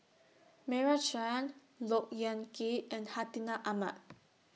Meira Chand Look Yan Kit and Hartinah Ahmad